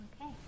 Okay